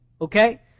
Okay